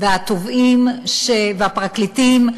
והתובעים והפרקליטים,